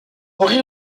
aurait